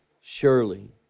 surely